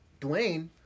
Dwayne